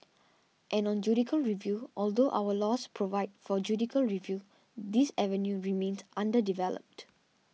and on judicial review although our laws provide for judicial review this avenue remains underdeveloped